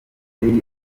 gilbert